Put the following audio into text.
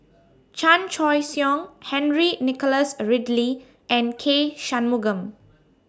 Chan Choy Siong Henry Nicholas Ridley and K Shanmugam